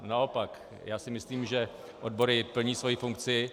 Naopak, já si myslím, že odbory plní svoji funkci.